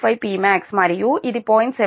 25 Pmax మరియు ఇది 0